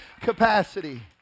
capacity